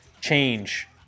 change